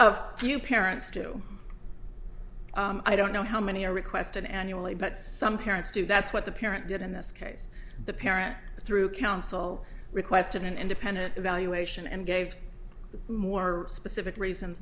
few parents do i don't know how many are requested annually but some parents do that's what the parent did in this case the parent through counsel requested an independent evaluation and gave more specific reasons